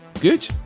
good